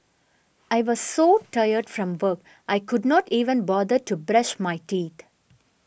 I was so tired from work I could not even bother to brush my teeth